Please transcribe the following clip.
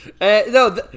No